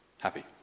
happy